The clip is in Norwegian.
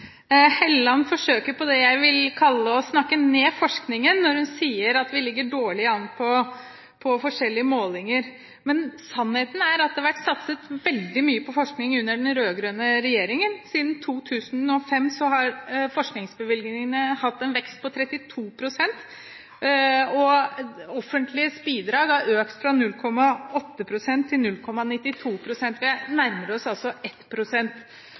Helleland forsøker på det jeg vil kalle å snakke ned forskningen når hun sier at vi ligger dårlig an på forskjellige målinger. Sannheten er at det har vært satset veldig mye på forskning under den rød-grønne regjeringen. Siden 2005 har forskningsbevilgningene hatt en vekst på 32 pst., og det offentliges bidrag har økt fra 0,8 pst. til 0,92 pst. Vi nærmer oss altså